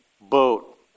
boat